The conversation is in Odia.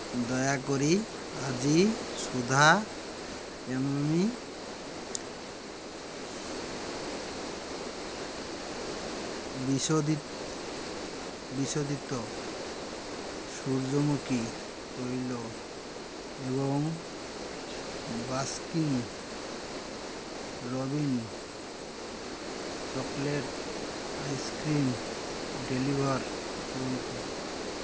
ଦୟାକରି ଆଜି ସୁଦ୍ଧା ଏମି ବିଶୋଧିତ ସୂର୍ଯ୍ୟମୁଖୀ ତୈଳ ଏବଂ Baskin Robbins chocolate ice cream deliver କରନ୍ତୁ